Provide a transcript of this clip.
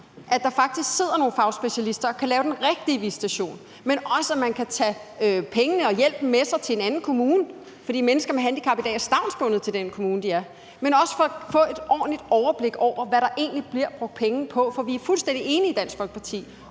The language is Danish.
at der faktisk sidder nogle faglige specialister og kan lave den rigtige visitation, men også for at man kan tage pengene og hjælpen med sig til en anden kommune, fordi mennesker med handicap i dag er stavnsbundet til den kommune, de bor i, og også for at få et ordentligt overblik over, hvad der egentlig bliver brugt penge på. Vi er i Dansk Folkeparti